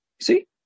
see